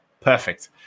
Perfect